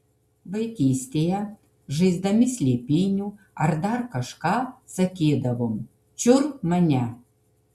vaikystėje žaisdami slėpynių ar dar kažką sakydavom čiur mane